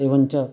एवञ्च